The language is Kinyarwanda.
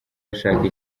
bashaka